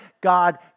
God